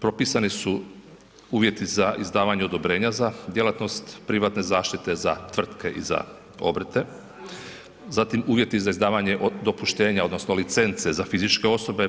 Propisani su uvjeti za izdavanje odobrenja za djelatnost privatne zaštite, za tvrtke i za obrte, zatim uvjeti za izdavanje dopuštenja odnosno licence za fizičke osobe,